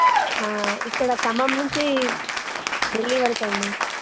ఇక్కడ ఖమ్మం నుంచి ఢిల్లీ వరకండి